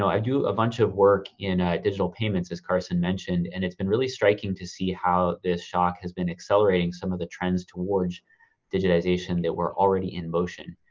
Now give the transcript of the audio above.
i do a bunch of work in a digital payments as carson mentioned, and it's been really striking to see how this shock has been accelerating some of the trends towards digitization that were already in motion,